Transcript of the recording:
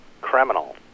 criminal